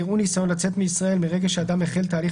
יראו ניסיון לצאת מישראל - מרגע שאדם החל תהליך